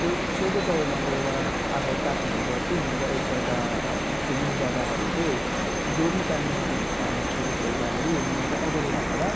छेउ छेउको चउरमा गएर आगो ताप्नेहरू गर्थ्यौँ र एकपल्ट खेल्नु जाँदाखेरि चाहिँ डोरी तान्ने खेल खेल्दाखेरि मलाई चाहिँ अगाडि राखेर